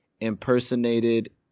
impersonated